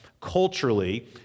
culturally